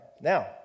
Now